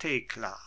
thekla